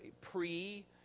pre